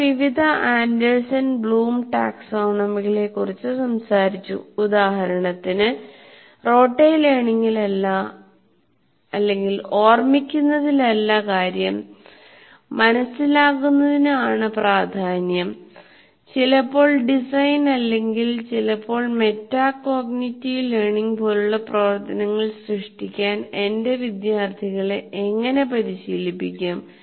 നമ്മൾ വിവിധ Anderson Bloom ടാക്സോണമികളെക്കുറിച്ച് സംസാരിച്ചു ഉദാഹരണത്തിന് റോട്ടെ ലേണിംഗിലല്ല ഓർമിക്കുന്നതിലല്ലകാര്യം മനസിലാകുന്നതിന് ആണ് പ്രധാന്യം ചിലപ്പോൾ ഡിസൈൻ അല്ലെങ്കിൽ ചിലപ്പോൾ മെറ്റാകോഗ്നിറ്റീവ് ലേണിംഗ് പോലുള്ള പ്രവർത്തനങ്ങൾ സൃഷ്ടിക്കാൻ എന്റെ വിദ്യാർത്ഥികളെ എങ്ങനെ പരിശീലിപ്പിക്കും